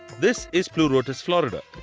this is pleurotus orida.